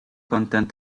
content